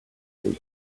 and